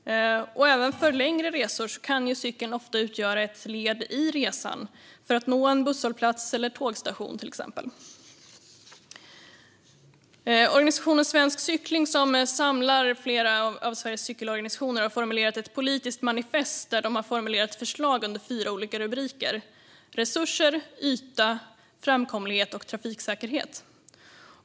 Även för längre resor kan cykeln ofta utgöra ett led i resan för att nå till exempel en busshållplats eller en tågstation. Organisationen Svensk Cykling, som samlar flera av Sveriges cykelorganisationer, har formulerat ett politiskt manifest med förslag under fyra olika rubriker: resurser, yta, framkomlighet och trafiksäkerhet.